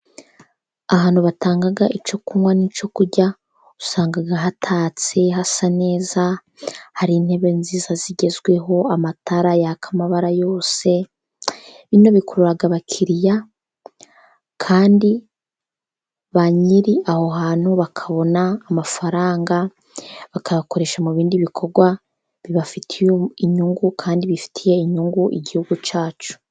Ahantu batanga icyo kunywa n'icyo kurya, usanga hatatse hasa neza, hari intebe nziza zigezweho amatara yaka amabara yose. Bino bikurura abakiriya kandi banyiri aho hantu bakabona amafaranga, bakayakoresha mu bindi bikorwa bibafitiye inyungu, kandi bifitiye inyungu igihugu cyacu.